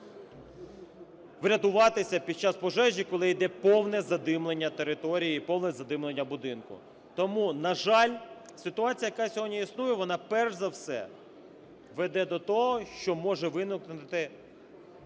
врятуватися під час пожежі, коли йде повне задимлення території і повне задимлення будинку. Тому, на жаль, ситуація, яка сьогодні існує, вона, перш за все, веде до того, що може виникнути,